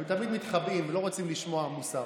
הם תמיד מתחבאים, לא רוצים לשמוע מוסר.